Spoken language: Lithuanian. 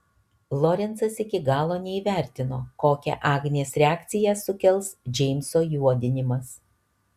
lorencas iki galo neįvertino kokią agės reakciją sukels džeimso juodinimas